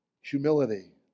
Humility